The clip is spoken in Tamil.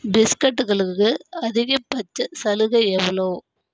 பிஸ்கட்டுகளுக்கு அதிகபட்ச சலுகை எவ்வளோ